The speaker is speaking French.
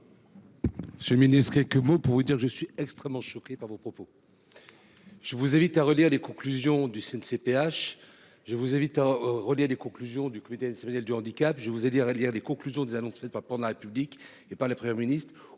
Ce ministre quelques mots, pour vous dire que je suis extrêmement choqué par vos propos. Je vous invite à relire les conclusions du CNCPH. Je vous invite à relire les conclusions du comité national du handicap, je vous ai dire lire les conclusions des annonces faites pas prendre la République et par la Première ministre